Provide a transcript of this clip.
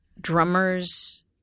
drummers